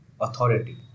authority